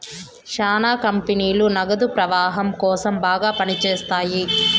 శ్యానా కంపెనీలు నగదు ప్రవాహం కోసం బాగా పని చేత్తాయి